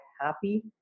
happy